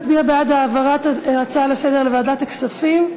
העברת ההצעה לסדר-היום לוועדת הכספים.